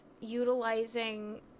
utilizing